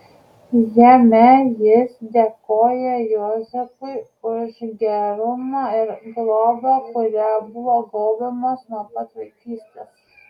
jame jis dėkoja juozapui už gerumą ir globą kuria buvo gaubiamas nuo pat vaikystės